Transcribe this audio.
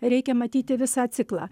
reikia matyti visą ciklą